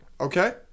Okay